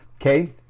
Okay